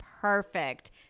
perfect